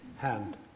hand